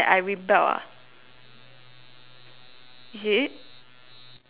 is it